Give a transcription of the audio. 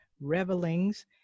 revelings